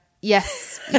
Yes